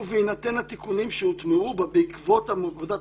ובהינתן התיקונים שהוטמעו בה בעקבות עבודת